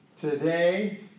Today